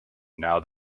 now